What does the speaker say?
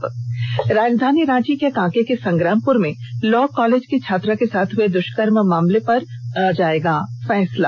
न् राजधानी रांची के कांके के संग्रामपुर में लॉ कॉलेज की छात्रा के साथ हुए दृष्कर्म के मामले पर आज आएगा फैसला